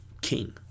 king